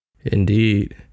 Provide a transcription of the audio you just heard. indeed